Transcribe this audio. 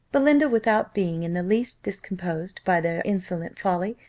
belinda, without being in the least discomposed by their insolent folly,